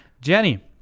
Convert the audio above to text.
jenny